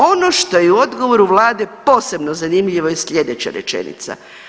Ono što je odgovoru vlade posebno zanimljivo je slijedeća rečenica.